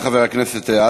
תודה, חבר הכנסת עטר.